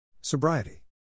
Sobriety